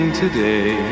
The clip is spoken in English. today